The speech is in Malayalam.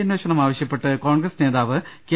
അന്വേഷണം ആവശ്യപ്പെട്ട് കോൺഗ്രസ് നേതാവ് കെ